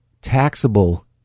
taxable